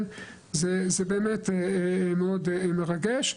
זה באמת מאוד מרגש.